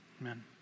Amen